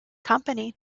company